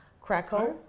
Krakow